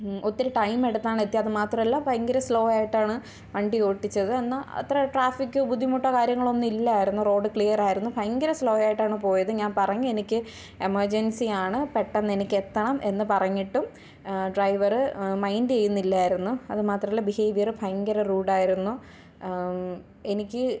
ഒത്തിരി ടൈം എടുത്താണ് എത്തിയത് അതു മാത്രമല്ല ഭയങ്കര സ്ലോ ആയിട്ടാണ് വണ്ടി ഓടിച്ചത് എന്നാൽ അത്ര ട്രാഫിക്കോ ബുദ്ധിമുട്ടോ കാര്യങ്ങളോ ഒന്നും ഇല്ലായിരുന്നു റോഡ് ക്ലിയർ ആയിരുന്നു ഭയങ്കര സ്ലോ ആയിട്ടാണ് പോയത് ഞാൻ പറഞ്ഞു എനിക്ക് എമർജെൻസിയാണ് പെട്ടെന്ന് എനിക്ക് എത്തണം എന്ന് പറഞ്ഞിട്ടും ഡ്രൈവറ് മൈൻ്റ് ചെയ്യുന്നില്ലായിരുന്നു അതുമാത്രമല്ല ബിഹേവിയറ് ഭയങ്കര റൂഡായിരുന്നു എനിക്ക്